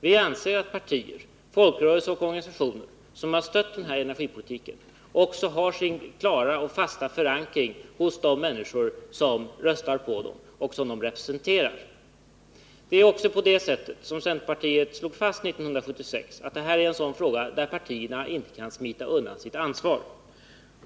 Vi anser att partier, folkrörelser och organisationer som har stött den här energipolitiken också har sin klara och fasta förankring hos de människor som de representerar. Som centerpartiet slog fast 1976 är detta också en fråga, där partierna inte kan smita undan sitt ansvar.